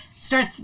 start